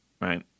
right